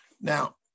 Now